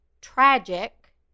tragic